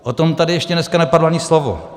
O tom tady ještě dneska nepadlo ani slovo.